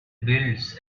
builds